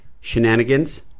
shenanigans